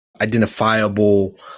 identifiable